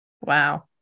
Wow